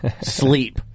sleep